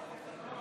עכשיו,